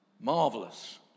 Marvelous